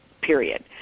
period